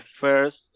first